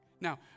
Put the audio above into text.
Now